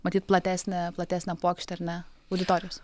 matyt platesnę platesnę puokštę ar ne auditorijos